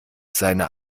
seine